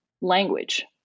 language